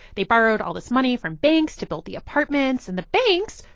they borrowed all this money from banks to build the apartments. and the banks,